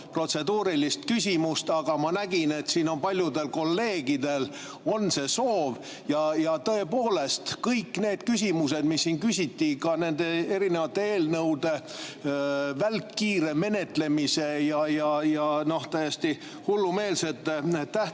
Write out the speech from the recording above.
protseduurilist küsimust, aga ma nägin, et paljudel kolleegidel on see soov. Ja tõepoolest, kõik need küsimused, mis siin küsiti, ka nende erinevate eelnõude välkkiire menetlemise ja täiesti hullumeelsete tähtaegade